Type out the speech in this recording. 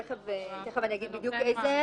תיכף אני אגיד בדיוק איזה.